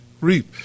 reap